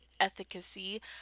efficacy